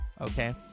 Okay